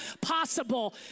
possible